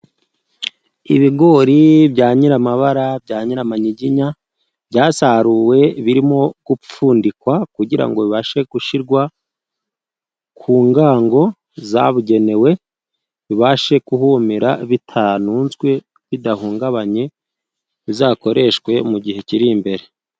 Ibigori bya nyiramabara bya nyiramanyiginya byasaruwe birimo gupfundikwa, kugira ngo bibashe gushyirwa ku ngango zabugenewe, bibashe kuhumira bitanunzwe bidahungabanye, bizakoreshwe mu gihe kiri imbere.